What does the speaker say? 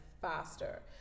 faster